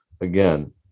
again